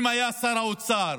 אם שר האוצר